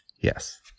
yes